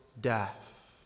death